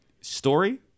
story